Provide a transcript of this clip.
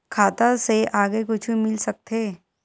खाता से आगे कुछु मिल सकथे?